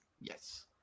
Yes